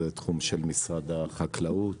זה תחום של משרד החקלאות.